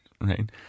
right